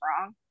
wrong